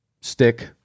stick